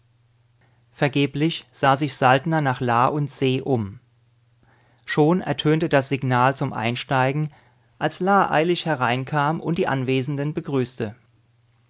vergeblich sah sich saltner nach la und se um schon ertönte das signal zum einsteigen als la eilig hereinkam und die anwesenden begrüßte